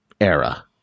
era